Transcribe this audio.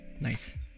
nice